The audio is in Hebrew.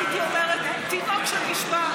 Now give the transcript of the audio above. הייתי אומרת: תינוק שנשבה,